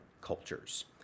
cultures